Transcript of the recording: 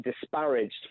disparaged